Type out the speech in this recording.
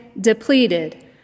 depleted